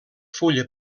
fulla